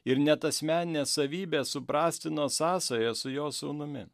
ir net asmeninės savybės suprastino sąsaja su jo sūnumi